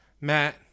Matt